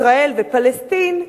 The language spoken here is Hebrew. ישראל ופלסטין,